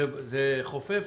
זה חופף?